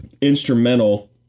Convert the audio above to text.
instrumental